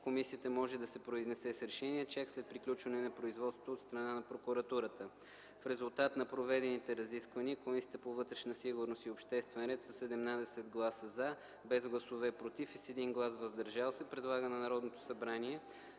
комисията може да се произнесе с решение чак след приключване на производството от страна на прокуратурата. В резултат на проведените разисквания, Комисията по вътрешна сигурност и обществен ред със 17 гласа „за”, без гласове „против” и с 1 глас „въздържал се”, предлага на Народното събрание